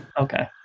okay